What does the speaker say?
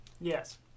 Yes